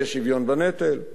יהיה שוויון בנטל,